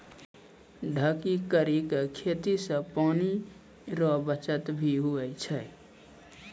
ढकी करी के खेती से पानी रो बचत भी हुवै छै